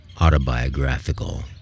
autobiographical